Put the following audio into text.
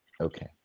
Okay